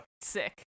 sick